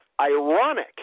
ironic